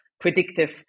predictive